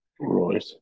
Right